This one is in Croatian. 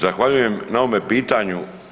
Zahvaljujem na ovome pitanju.